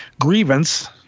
grievance